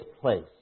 place